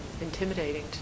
intimidating